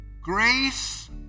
Grace